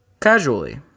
casually